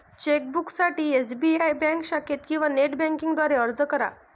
चेकबुकसाठी SBI bank शाखेत किंवा नेट बँकिंग द्वारे अर्ज करा